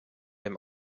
dem